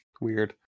Weird